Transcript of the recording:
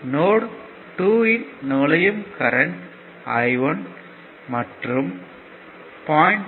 note 2 யின் நுழையும் current I1 மற்றும் 0